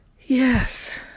yes